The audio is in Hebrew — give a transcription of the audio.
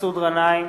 מסעוד גנאים,